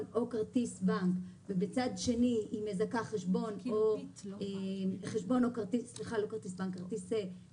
או כרטיס חיוב ובצד שני היא מזכה חשבון או כרטיס חיוב,